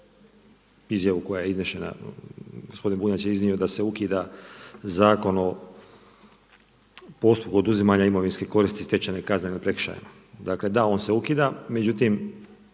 izjavu koja je iznesena, gospodin Bunjac je iznio da se ukida Zakon o postupku oduzimanja imovinske koristi stečene kaznenim prekršajima, dakle da on se ukida, međutim